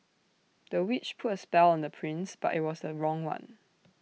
the witch put A spell on the prince but IT was A wrong one